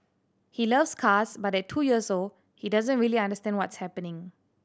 he loves cars but at two years old he doesn't really understand what's happening